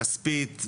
כספית,